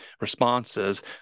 responses